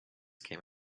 came